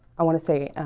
i want to say